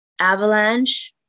avalanche